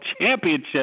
championship